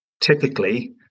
typically